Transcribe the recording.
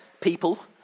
people